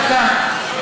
דקה.